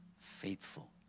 faithful